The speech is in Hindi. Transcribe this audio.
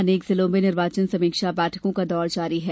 अनेक जिलों में निर्वाचन समीक्षा बैठकों का दौर जारी है